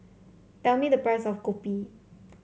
tell me the price of Kopi